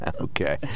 okay